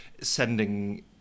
sending